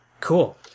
Cool